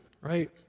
right